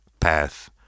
path